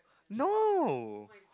no